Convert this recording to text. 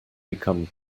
become